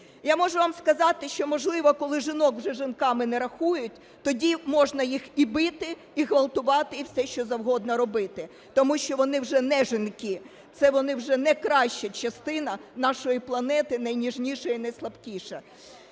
Я можу вам сказати, що, можливо, коли вже жінок вже жінками не рахують, тоді можна їх і бити, і ґвалтувати, і все, що завгодно робити. Тому що вони вже не жінки, це вони вже не краща частина нашої планети, найніжніша і найслабкіша.